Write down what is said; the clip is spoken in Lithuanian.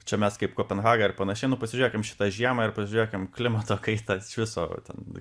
čia mes kaip kopenhaga ir panašiai nu pasižiūrėkim šitą žiemą ir pažiūrėkim klimato kaitą iš viso va ten